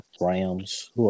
Rams